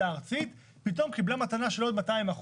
הארצית פתאום קיבלה מתנה של עוד 200%,